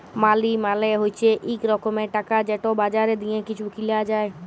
মালি মালে হছে ইক রকমের টাকা যেট বাজারে দিঁয়ে কিছু কিলা যায়